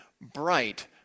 bright